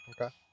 okay